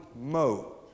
mo